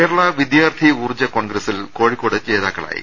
കേരള വിദ്യാർത്ഥി ഊർജ്ജ കോൺഗ്രസിൽ കോഴിക്കോട് ജേതാ ക്കളായി